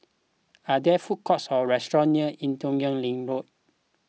are there food courts or restaurants near Ee Teow Leng Road